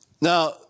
Now